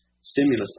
stimulus